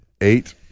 Eight